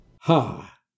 Ha